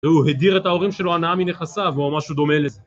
והוא הדיר את ההורים שלו הנאה מנכסיו, או משהו דומה לזה.